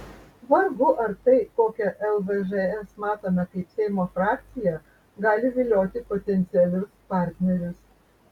vargu ar tai kokią lvžs matome kaip seimo frakciją gali vilioti potencialius partnerius